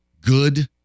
good